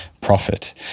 profit